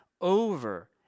Over